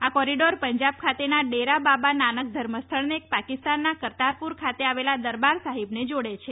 આ કોરિડોર પંજાબ ખાતેના ડેરા બાબા નાનક ધર્મસ્થળને પાકિસ્તાનના કરતારપુર ખાતે આવેલા દરબાર સાહિબને જોડે છે